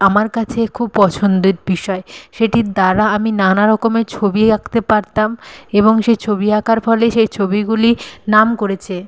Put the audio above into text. আমার কাছে খুব পছন্দের বিষয় সেটির দ্বারা আমি নানা রকমের ছবি আঁকতে পারতাম এবং সেই ছবি আঁকার ফলে সে ছবিগুলি নাম করেছে